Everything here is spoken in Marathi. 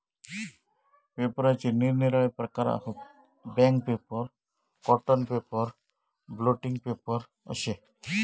पेपराचे निरनिराळे प्रकार हत, bank paper, cotton paper, blotting paper अशे